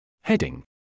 Heading